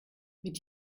mit